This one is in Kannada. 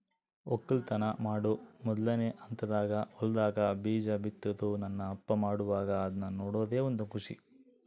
ವಕ್ಕಲತನ ಮಾಡೊ ಮೊದ್ಲನೇ ಹಂತದಾಗ ಹೊಲದಾಗ ಬೀಜ ಬಿತ್ತುದು ನನ್ನ ಅಪ್ಪ ಮಾಡುವಾಗ ಅದ್ನ ನೋಡದೇ ಒಂದು ಖುಷಿ